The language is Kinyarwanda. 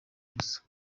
gusa